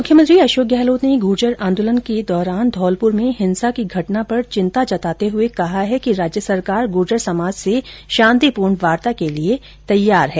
मुख्यमंत्री अशोक गहलोत ने गुर्जर आंदोलन के दौरान धौलपुर में हिंसा की घटना पर चिंता जताते हुए कहा है कि राज्य सरकार गुर्जर समाज से शांतिपूर्ण वार्ता के लिये तैयार है